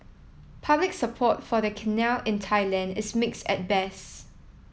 public support for the canal in Thailand is mixed at best